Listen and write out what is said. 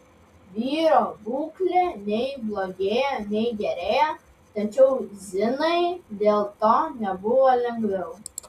vyro būklė nei blogėjo nei gerėjo tačiau zinai dėl to nebuvo lengviau